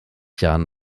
jahren